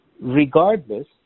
Regardless